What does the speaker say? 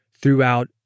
throughout